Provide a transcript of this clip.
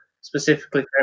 specifically